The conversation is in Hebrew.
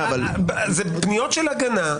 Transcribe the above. זה פניות של הגנה,